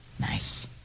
Nice